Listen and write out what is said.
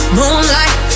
moonlight